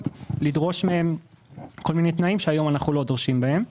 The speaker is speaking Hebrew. לדרוש מהם כל מיני תנאים שהיום אנחנו לא דורשים מהם,